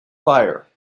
fire